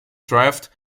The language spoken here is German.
draft